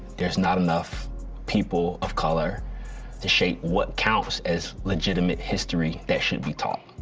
there's not enough people of color to shape what counts as legitimate history that should be taught.